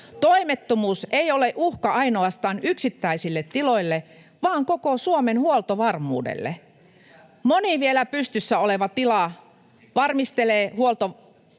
Toimettomuus ei ole uhka ainoastaan yksittäisille tiloille vaan koko Suomen huoltovarmuudelle. Moni vielä pystyssä oleva tila valmistelee pinnan alla